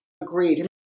Agreed